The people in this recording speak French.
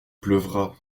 pleuvra